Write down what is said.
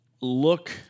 look